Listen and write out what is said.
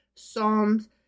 psalms